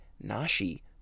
Nashi